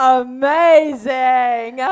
amazing